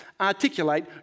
articulate